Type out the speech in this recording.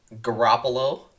Garoppolo